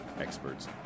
experts